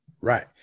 Right